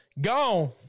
gone